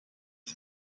dan